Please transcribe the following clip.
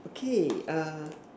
okay uh